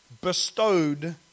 bestowed